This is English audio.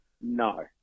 No